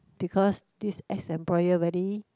because this ex employer very